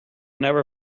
never